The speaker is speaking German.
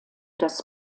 das